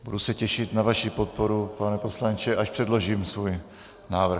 Budu se těšit na vaši podporu, pane poslanče, až předložím svůj návrh.